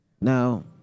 Now